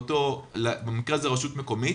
במקרה הזה הרשות המקומית,